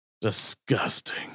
disgusting